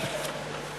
הנושא